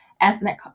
ethnic